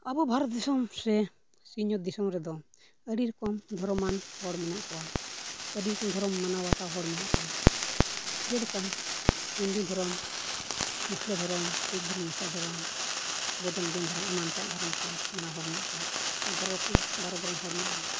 ᱟᱵᱚ ᱵᱷᱟᱨᱚᱛ ᱫᱤᱥᱚᱢ ᱥᱮ ᱥᱤᱧᱚᱛ ᱫᱤᱥᱚᱢ ᱨᱮᱫᱚ ᱟᱹᱰᱤ ᱨᱚᱠᱚᱢ ᱫᱷᱚᱨᱚᱢᱟᱱ ᱦᱚᱲ ᱢᱮᱱᱟᱜ ᱠᱚᱣᱟ ᱟᱹᱰᱤ ᱨᱚᱠᱚᱢ ᱫᱷᱚᱨᱚᱢ ᱢᱟᱱᱟᱣ ᱵᱟᱛᱟᱣ ᱦᱚᱲ ᱢᱮᱱᱟᱜ ᱠᱚᱣᱟ ᱡᱮᱞᱮᱠᱟ ᱦᱤᱱᱫᱩ ᱫᱷᱚᱨᱚᱢ ᱢᱩᱥᱞᱟᱹ ᱫᱷᱚᱨᱚᱢ ᱥᱤᱠᱷ ᱫᱷᱚᱨᱚᱢ ᱤᱥᱟᱹᱭ ᱫᱷᱚᱨᱚᱢ ᱵᱳᱫᱫᱷᱚ ᱫᱷᱚᱨᱚᱢ ᱮᱢᱟᱱ ᱛᱮᱭᱟᱜ ᱫᱷᱚᱨᱚᱢ ᱠᱚ ᱢᱟᱱᱟᱣ ᱦᱚᱲ ᱢᱮᱱᱟᱜ ᱠᱚᱣᱟ ᱵᱟᱨᱚ ᱵᱚᱨᱚᱱ ᱦᱚᱲ ᱠᱚ ᱢᱮᱱᱟᱜ ᱵᱚᱱᱟ